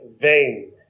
vain